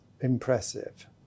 Impressive